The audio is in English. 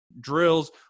drills